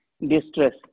distress